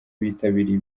bitabiriye